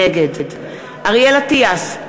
נגד אריאל אטיאס,